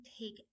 take